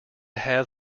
have